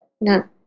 No